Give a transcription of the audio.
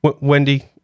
Wendy